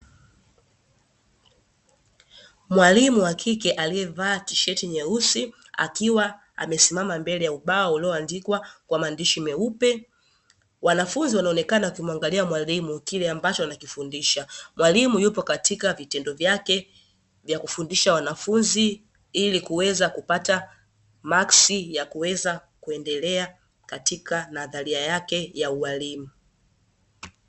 Mwalimu wa kike aliyevaa tisheti nyeusi akiwa amesimama mbele ya ubao ulioandikwa kwa maandishi meupe. Wanafunzi wanaonekana wakimuangalia mwalimu kile anachokifundisha. Mwalimu yupo katika vitendo vyake vya kufundisha wanafunzi ili kuweza kupata maksi ya kuweza kuendelea katika nadharia yake ya uwaalimu.